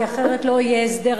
כי אחרת לא יהיה הסדר,